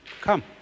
come